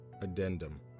Addendum